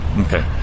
Okay